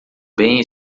bem